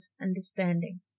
understanding